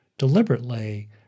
Deliberately